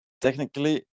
technically